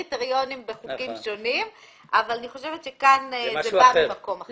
קריטריונים בחוקים שונים אבל אני חושבת שכאן זה בא ממקום אחר.